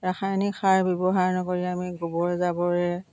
ৰাসায়নিক সাৰ ব্যৱহাৰ নকৰি আমি গোবৰ জাবৰে